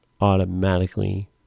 automatically